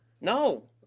No